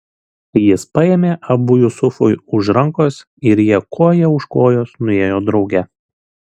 jis paėmė abu jusufui už rankos ir jie koja už kojos nuėjo drauge